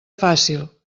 fàcil